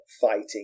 fighting